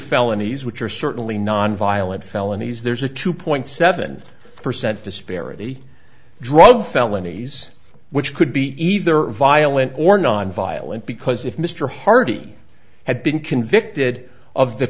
felonies which are certainly nonviolent felonies there's a two point seven percent disparity drug felonies which could be either violent or nonviolent because if mr hardy had been convicted of the